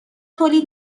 تولید